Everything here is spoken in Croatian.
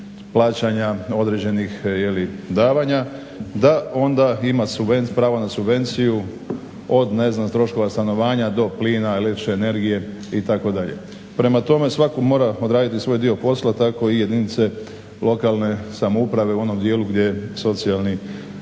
plaćanja određenih davanja da onda ima pravo na subvenciju od ne znam troškova stanovanja do plina, električne energije itd. Prema tome, svatko mora odraditi svoj dio posla tako i jedinice lokalne samouprave u onom dijelu gdje je socijalni